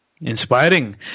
Inspiring